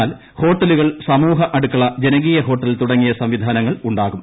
എന്നാൽ ഹോട്ടലുകൾ സമൂഹ അടുക്കള ജനകീയ ഹോട്ടൽ തുടങ്ങിയ സംവിധാനങ്ങളുണ്ടാകും